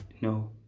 No